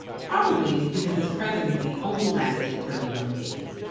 probably because his presidency only lasted thirty one days.